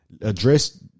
address